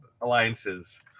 alliances